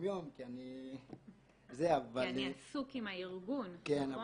יום כי אני --- עסוק עם הארגון נכון?